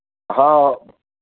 हाँ